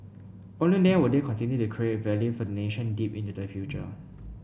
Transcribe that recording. only then will they continue to create value for the nation deep into the future